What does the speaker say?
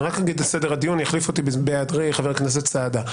יחליף אותי בהיעדרי חבר הכנסת סעדה.